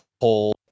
whole